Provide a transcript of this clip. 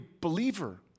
believer